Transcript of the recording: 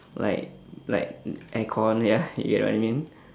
like like aircon ya you know what I mean